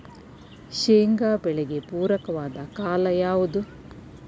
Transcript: ಶೇಂಗಾ ಬೆಳೆಗೆ ಪೂರಕವಾದ ಕಾಲ ಯಾವುದು?